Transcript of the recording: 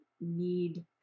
need